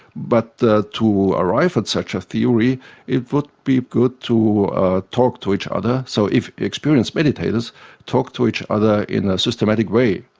but to arrive at such a theory it would be good to talk to each other. so if experienced meditators talk to each other in a systematic way,